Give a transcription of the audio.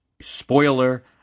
Spoiler